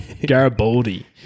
Garibaldi